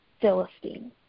Philistine